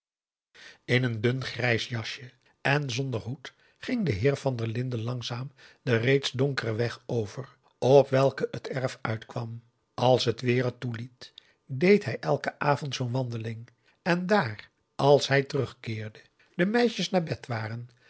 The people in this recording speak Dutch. in een dun grijs jasje en zonder hoed ging de heer van der linden langzaam den reeds donkeren weg over op welken het erf uitkwam als het weer het toeliet deed hij elken avond zoo'n wandeling en daar als hij terugkeerde de meisjes naar bed waren